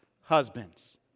husbands